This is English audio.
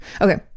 Okay